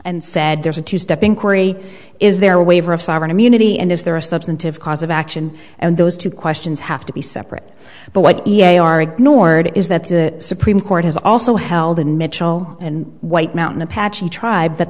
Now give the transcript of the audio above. and said there's a two step inquiry is there a waiver of sovereign immunity and is there a substantive cause of action and those two questions have to be separate but what e a are ignored is that the supreme court has also held in mitchell in white mountain apache tribe that